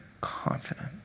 confident